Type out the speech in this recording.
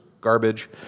garbage